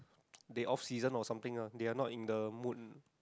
they off season or something ah they are not in the mood